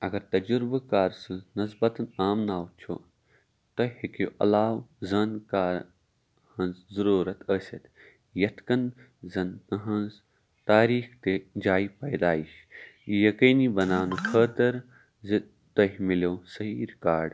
اگر تجربہٕ کار سٕنٛز نسبتَن آمناو چھُ تُہۍ ہیٚکِو علاوٕ زن کا ہٕنٛز ضروٗرت ٲسِتھ یِتھ کن زَن تٕہٕنٛز تاریخ تہِ جایہِ پیدایش یقیٖنی بناونہٕ خٲطرٕ زِ تۄہہِ مِلیو صحیح رِکارڈ